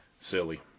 Silly